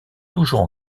toujours